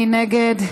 מי נגד?